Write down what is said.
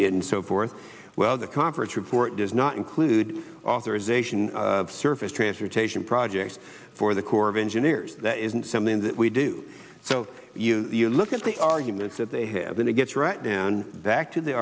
and so forth well the conference report does not include authorization surface transportation projects for the corps of engineers that isn't something that we do so you look at the arguments that they have then it gets right down back to the